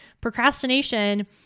Procrastination